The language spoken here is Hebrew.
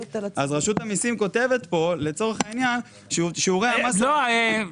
אז רשות המסים כותבת פה לצורך העניין שיעורי המס --- אנחנו